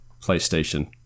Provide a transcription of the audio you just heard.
PlayStation